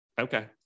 okay